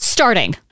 Starting